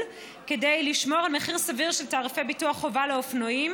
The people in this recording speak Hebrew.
כדי לשמור על מחיר סביר של תעריפי ביטוח חובה לאופנועים